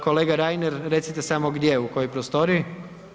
Kolega Reiner, recite samo gdje, u kojoj prostoriji?